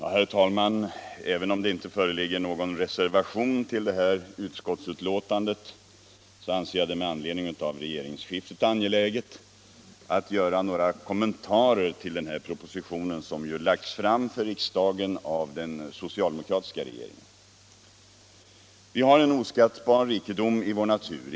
Herr talman! Även om det inte föreligger någon reservation vid detta utskottsbetänkande, anser jag det med anledning av regeringsskiftet angeläget att göra några kommentarer till den proposition vi nu behandlar, som ju lagts fram för riksdagen av den socialdemokratiska regeringen. Vi har en oskattbar rikedom i vår natur.